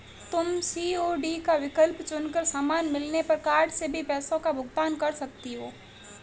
तुम सी.ओ.डी का विकल्प चुन कर सामान मिलने पर कार्ड से भी पैसों का भुगतान कर सकती हो